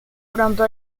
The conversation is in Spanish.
pronto